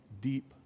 deep